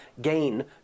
gain